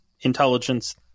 intelligence